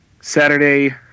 Saturday